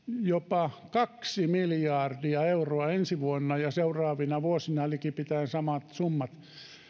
jopa kaksi miljardia euroa ensi vuonna ja seuraavina vuosina likipitäen samat summat